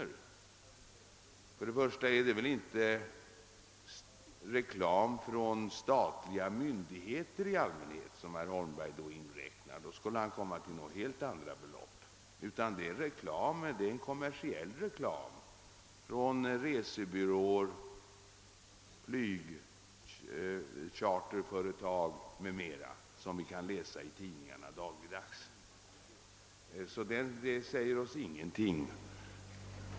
Herr Holmberg torde först och främst med detta inte syfta på reklam från statliga myndigheter, ty då skulle han komma till helt andra belopp, utan det är fråga om sådan kommersiell reklam från resebyråer, flygcharterföretag m.m., som vi dagligdags kan läsa i de svenska tidningarna.